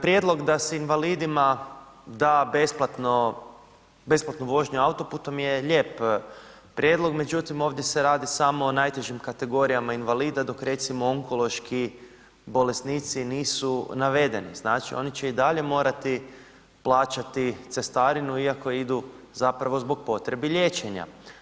Prijedlog da se invalidima da besplatnu vožnju autoputom je lijep prijedlog, međutim ovdje se radi samo o najtežim kategorijama invalida dok recimo onkološki bolesnici nisu navedeni, znači oni će i dalje morati plaćati cestarinu iako idu zapravo zbog potrebi liječenja.